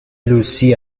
لوسی